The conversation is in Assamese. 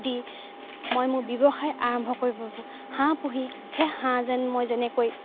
দি মই মোৰ ব্যৱসায় আৰম্ভ কৰি পাৰোঁ হাঁহ পুহি সেই হাঁহ যেন মই যেনেকৈ